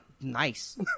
nice